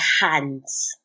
hands